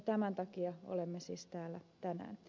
tämän takia olemme siis täällä tänään